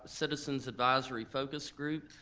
citizen's advisory focus group,